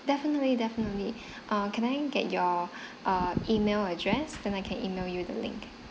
definitely definitely err can I get your err email address than I can email you the link